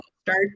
Start